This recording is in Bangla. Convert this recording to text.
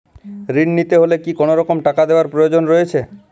ঋণ নিতে হলে কি কোনরকম টাকা দেওয়ার প্রয়োজন রয়েছে?